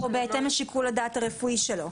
או בהתאם לשיקול הדעת הרפואי שלו.